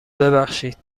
ببخشید